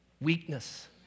weakness